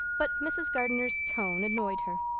but mrs. gardner's tone annoyed her.